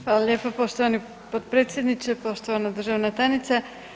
Hvala lijepo poštovani potpredsjedniče, poštovani državna tajnice.